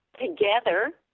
together